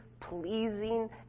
pleasing